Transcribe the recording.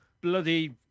bloody